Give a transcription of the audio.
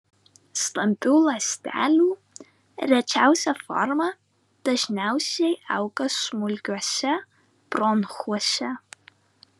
stambių ląstelių rečiausia forma dažniausiai auga smulkiuose bronchuose